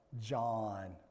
John